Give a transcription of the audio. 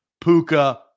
Puka